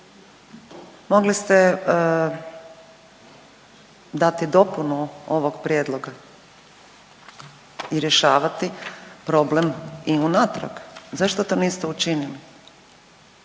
mogli ste dati dopunu ovog prijedloga i rješavati problem i unatrag. Zašto to niste učinili?